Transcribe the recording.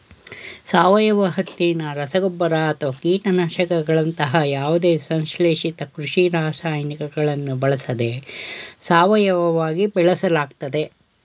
ಸಾವಯವ ಹತ್ತಿನ ರಸಗೊಬ್ಬರ ಅಥವಾ ಕೀಟನಾಶಕಗಳಂತಹ ಯಾವುದೇ ಸಂಶ್ಲೇಷಿತ ಕೃಷಿ ರಾಸಾಯನಿಕಗಳನ್ನು ಬಳಸದೆ ಸಾವಯವವಾಗಿ ಬೆಳೆಸಲಾಗ್ತದೆ